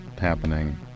happening